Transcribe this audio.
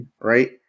Right